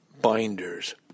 binders